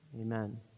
Amen